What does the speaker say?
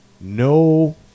no